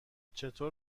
چطور